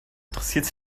interessiert